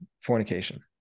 fornication